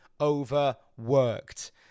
overworked